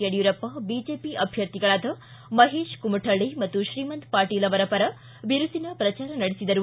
Yediyurappa BJP ಅಭ್ಯರ್ಥಿಗಳಾದ ಮಹೇಶ ಕುಮಕಳ್ಳಿ ಮತ್ತು ಶ್ರೀಮಂತ ಪಾಟೀಲ ಪರ ಬಿರುಸಿನ ಪ್ರಚಾರ ನಡೆಸಿದರು